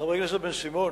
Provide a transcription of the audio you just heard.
חבר הכנסת בן-סימון,